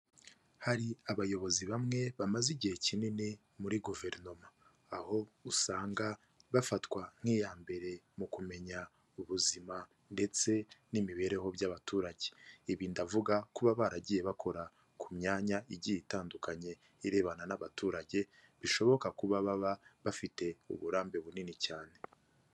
Hari abayobozi bamwe bamaze igihe kinini muri Guverinoma, aho usanga bafatwa nk'iya mbere mu kumenya ubuzima ndetse n'imibereho by'abaturage. Ibi ndavuga kuba baragiye bakora ku myanya igiye itandukanye irebana n'abaturage bishoboka kuba baba bafite uburambe bunini cyane.